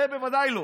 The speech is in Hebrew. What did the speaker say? זה בוודאי לא.